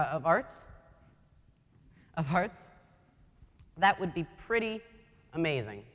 of art a heart that would be pretty amazing